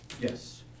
Yes